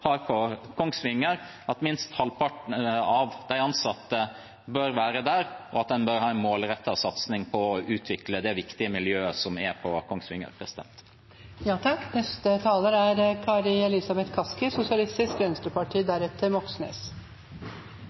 har på Kongsvinger. Minst halvparten av de ansatte bør være der, og en bør ha en målrettet satsing på å utvikle det viktige miljøet som er på Kongsvinger.